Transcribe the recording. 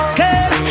girl